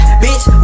bitch